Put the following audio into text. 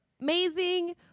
amazing